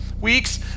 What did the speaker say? weeks